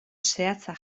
zehatza